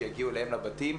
שיגיעו אליהם לבתים,